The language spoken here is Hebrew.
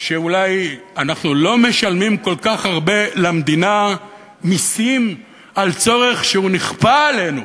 שאולי אנחנו לא משלמים כל כך הרבה מסים למדינה על צורך שנכפה עלינו.